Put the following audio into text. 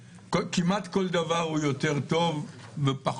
כמעט כל דבר הוא יותר טוב ופחות,